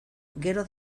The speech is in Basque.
gero